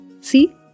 See